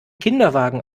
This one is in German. kinderwagen